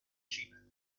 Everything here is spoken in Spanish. china